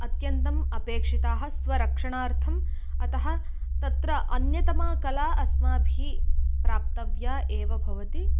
अत्यन्तम् अपेक्षिताः स्वरक्षणार्थम् अतः तत्र अन्यतमा कला अस्माभिः प्राप्तव्या एव भवति